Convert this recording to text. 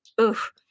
Oof